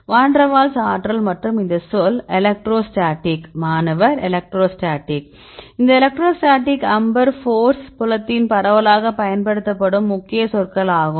வான் der Waals ஆற்றல் மற்றும் இந்த சொல் மாணவர் எலக்ட்ரோஸ்டாடிக் இந்த எலக்ட்ரோஸ்டாடிக் அம்பர் போர்ஸ் புலத்தில் பரவலாக பயன்படுத்தப்படும் முக்கிய சொற்கள் ஆகும்